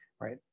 right